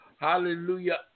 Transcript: hallelujah